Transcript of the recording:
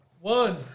One